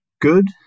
good